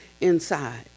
inside